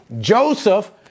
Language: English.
Joseph